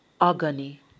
agony